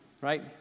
Right